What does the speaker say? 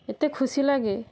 ଏତେ ଖୁସି ଲାଗେ